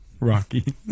Rocky